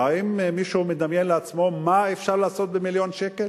האם מישהו מדמיין לעצמו מה אפשר לעשות במיליון שקל?